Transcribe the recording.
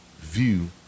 view